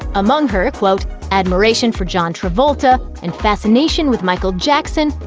among her, quote, admiration for john travolta and fascination with michael jackson,